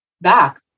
back